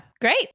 great